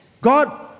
God